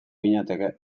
ginateke